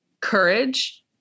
courage